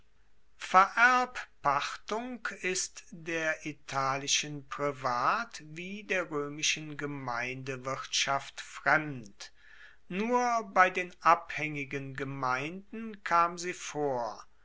vererbpachtung ist der italischen privat wie der roemischen gemeindewirtschaft fremd nur bei den abhaengigen gemeinden kam sie vor